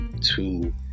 two